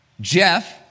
Jeff